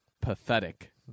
pathetic